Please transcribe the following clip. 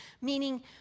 meaning